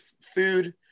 food